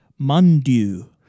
Mundu